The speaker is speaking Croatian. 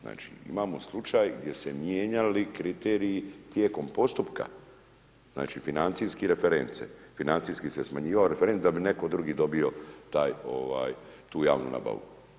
Znači imamo slučaj gdje se mijenjali kriteriji tijekom postupka, znači financijski reference, financijski se smanjivao referent da bi neko drugi dobio taj ovaj tu javnu nabavu.